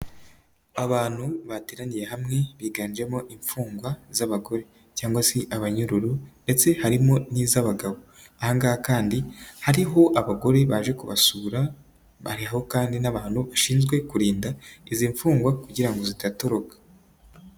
Abantu bateraniye hamwe, biganjemo imfungwa z'abagore cyangwa se abanyururu ndetse harimo n'iz'abagabo. Ahangaha kandi hariho abagore baje kubasura, bariho kandi n'abantu bashinzwe kurinda izi mfungwa kugira ngo zitatoroka.